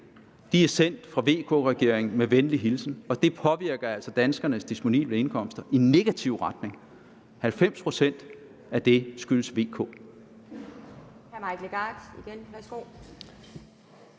nu, er sendt fra VK-regeringen med venlig hilsen, og det påvirker altså danskernes disponible indkomster i negativ retning. 90 pct. af det skyldes VK.